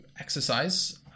exercise